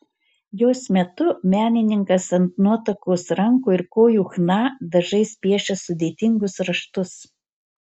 jos metu menininkas ant nuotakos rankų ir kojų chna dažais piešia sudėtingus raštus